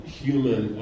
human